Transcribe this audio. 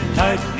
tight